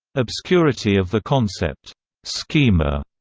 obscurity of the concept schema